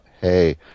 hey